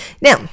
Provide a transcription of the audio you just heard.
Now